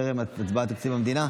מההסכמים טרם ההצבעה על תקציב המדינה?